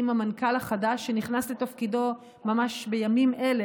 עם המנכ"ל החדש שנכנס לתפקידו ממש בימים אלה,